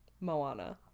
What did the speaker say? Moana